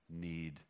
need